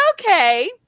okay